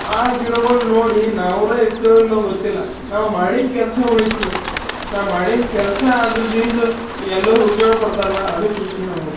ಆ ಗಿಡಗಳು ನೋಡಿ ನಾವುರ ಇರ್ತೀವಿಲ್ವೋ ಗೊತ್ತಿಲ್ಲ ನಾವು ಮಾಡಿದ ಕೆಲಸ ಉಳೀತದ ನಾವು ಮಾಡಿದ ಕೆಲಸ ಅದರಿಂದ ಎಲ್ಲರ ಉಪಯೋಗ ಪಡ್ತಾರಲ್ಲ ಅದು ಖುಷಿ ನಮ್ಗೆ